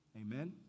Amen